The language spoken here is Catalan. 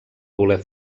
voler